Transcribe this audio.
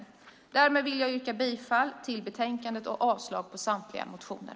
Jag yrkar bifall till förslaget i betänkandet och avslag på samtliga motioner.